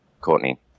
courtney